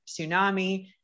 tsunami